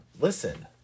listen